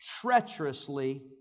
treacherously